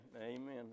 Amen